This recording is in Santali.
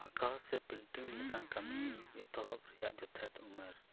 ᱟᱠᱟᱣ ᱥᱮ ᱞᱮᱠᱟᱱ ᱠᱟ ᱢᱤ ᱮᱛᱚᱦᱚᱵ ᱨᱮᱭᱟᱜ ᱡᱚᱛᱷᱟᱛ ᱩᱢᱮᱨ